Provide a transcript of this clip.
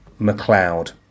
McLeod